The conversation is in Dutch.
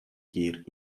keer